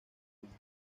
tumba